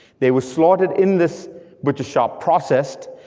they were slaughtered in this butcher shop, processed,